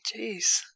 Jeez